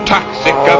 Toxic